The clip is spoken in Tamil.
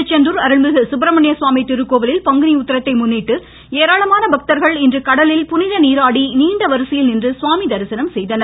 திருச்செந்தூர் அருள்மிகு சுப்பிரமணிய சுவாமி திருக்கோவிலில் பங்குனி உத்திரத்தை முன்னிட்டு ஏராளமான பக்தர்கள் இன்று கடலில் புனித நீராடி நீண்ட வரிசையில் நின்று சுவாமி தரிசனம் செய்தனர்